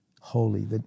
holy